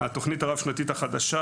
התוכנית הרב-שנתית החדשה